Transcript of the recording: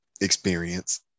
experience